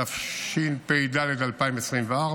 התשפ"ד 2024,